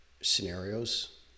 scenarios